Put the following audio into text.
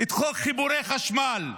את חוק חיבורי חשמל,